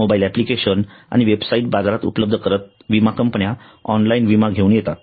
mobile application आणि websites बाजारात उपलब्ध करत विमा कंपन्या ऑनलाइन विमा घेऊन येतात